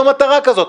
יש לו מטרה כזאת.